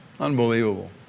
Unbelievable